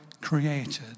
created